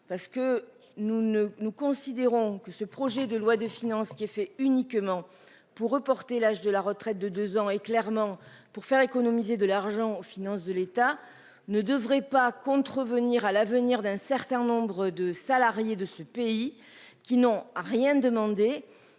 nous ne nous considérons que ce projet de loi de finances qui est fait uniquement pour reporter l'âge de la retraite de 2 ans et clairement, pour faire économiser de l'argent aux finances de l'État ne devrait pas contrevenir à l'avenir d'un certain nombre de salariés de ce pays qui n'ont rien demandé,